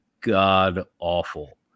god-awful